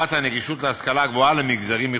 הנגישות להשכלה גבוהה למגזרים ייחודיים.